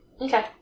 Okay